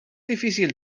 difícil